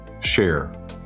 share